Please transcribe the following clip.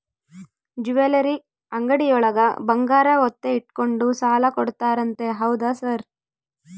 Jewellery ಅಂಗಡಿಯೊಳಗ ಬಂಗಾರ ಒತ್ತೆ ಇಟ್ಕೊಂಡು ಸಾಲ ಕೊಡ್ತಾರಂತೆ ಹೌದಾ ಸರ್?